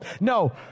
No